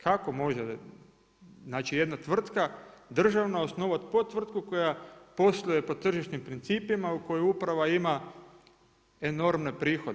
Kako može znači jedna tvrtka državna osnovat podtvrtku koja posluje po tržišnim principima, u kojoj uprava ima enormne prihode.